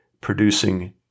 producing